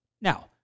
Now